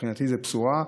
מבחינתי זו בשורה.